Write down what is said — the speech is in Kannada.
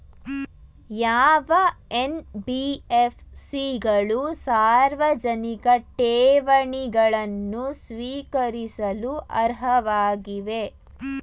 ಯಾವ ಎನ್.ಬಿ.ಎಫ್.ಸಿ ಗಳು ಸಾರ್ವಜನಿಕ ಠೇವಣಿಗಳನ್ನು ಸ್ವೀಕರಿಸಲು ಅರ್ಹವಾಗಿವೆ?